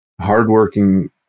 hardworking